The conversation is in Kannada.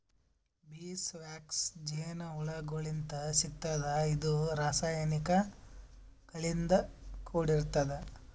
ಬೀಸ್ ವ್ಯಾಕ್ಸ್ ಜೇನಹುಳಗೋಳಿಂತ್ ಸಿಗ್ತದ್ ಇದು ರಾಸಾಯನಿಕ್ ಗಳಿಂದ್ ಕೂಡಿರ್ತದ